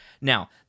now